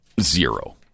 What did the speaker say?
zero